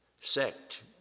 sect